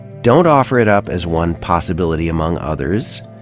don't offer it up as one possibility among others,